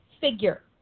figure